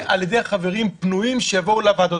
על ידי חברים פנויים שיבואו לוועדות.